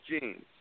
Jeans